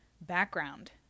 background